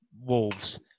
Wolves